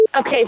Okay